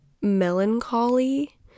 melancholy